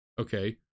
Okay